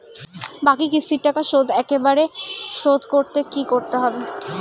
বাকি কিস্তির টাকা শোধ একবারে শোধ করতে কি করতে হবে?